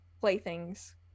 playthings